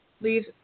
Leave